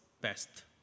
best